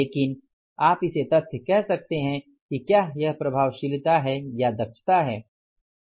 लेकिन आप इसे तथ्य कह सकते हैं कि क्या यह प्रभावशीलता है या दक्षता है